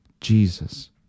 Jesus